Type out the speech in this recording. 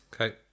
Okay